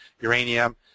uranium